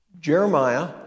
Jeremiah